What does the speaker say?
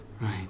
Right